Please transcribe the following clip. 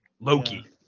Loki